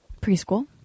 Preschool